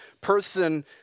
person